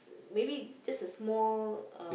maybe just a small uh